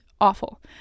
awful